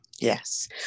yes